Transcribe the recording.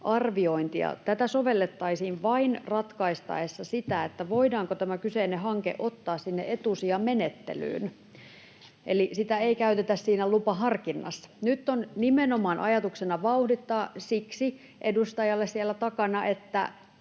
arviointia. Tätä sovellettaisiin vain ratkaistaessa sitä, voidaanko tämä kyseinen hanke ottaa sinne etusijamenettelyyn, eli sitä ei käytetä siinä lupaharkinnassa. [Eduskunnasta: Miksi?] — Siksi, edustajalle siellä takana, että